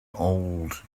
old